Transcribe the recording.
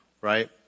right